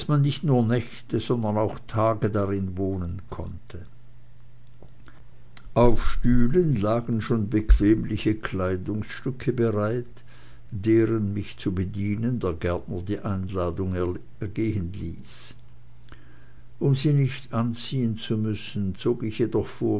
nicht nur nächte sondern auch tage darin wohnen konnte auf stühlen lagen schon bequemliche kleidungsstücke bereit deren mich zu bedienen der gärtner die einladung ergehen ließ um sie nicht anziehen zu müssen zog ich jedoch